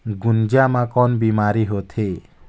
गुनजा मा कौन का बीमारी होथे?